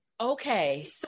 Okay